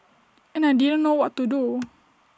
and I didn't know what to do